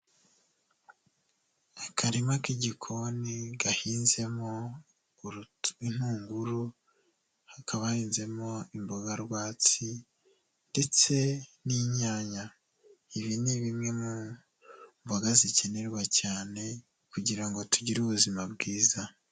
Akarima k'igikoni gahinzemo intunguru, hakaba hahinzemo imboga rwatsi ndetse n'inyanya. Ibi ni bimwe mu mboga zikenerwa cyane, kugira ngo tugire ubuzima bwiza.